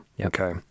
Okay